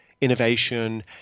innovation